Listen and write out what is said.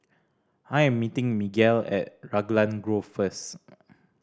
I am meeting Miguel at Raglan Grove first